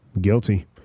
Guilty